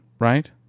Right